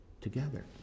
together